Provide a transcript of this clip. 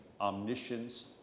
omniscience